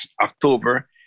October